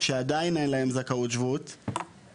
שעדיין אין להם זכאות שבות,